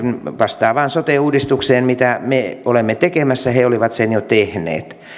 vastaavaan sote uudistukseen mitä me olemme tekemässä ja he olivat sen jo tehneet